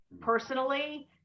personally